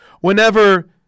whenever –